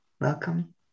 welcome